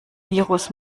virus